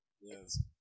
yes